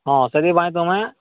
ହଁ ସେଥିପାଇଁ ତୁମେ